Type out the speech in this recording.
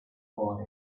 boy